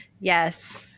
Yes